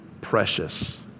precious